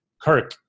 Kirk